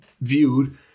viewed